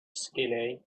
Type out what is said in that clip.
skinny